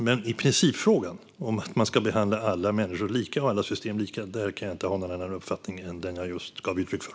Men i principfrågan att man ska behandla alla människor lika och alla system lika kan jag inte ha någon annan uppfattning än den jag just gav uttryck för.